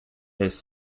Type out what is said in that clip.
his